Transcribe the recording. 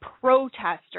protester